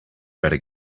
better